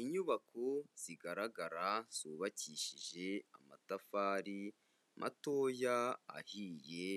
Inyubako zigaragara zubakishije amatafari matoya ahiye,